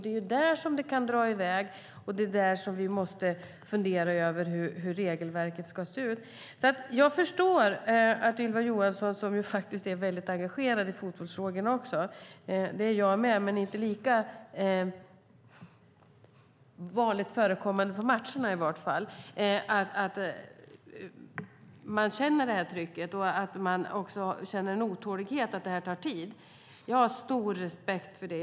Det är där som det kan dra iväg, och det är där som vi måste fundera på hur regelverket ska se ut. Jag förstår att Ylva Johansson, som ju faktiskt är väldigt engagerad i fotbollsfrågorna - det är jag med, men jag går inte på matcherna lika ofta - upplever att klubbarna känner trycket och också känner en otålighet över att det här tar tid. Jag har stor respekt för det.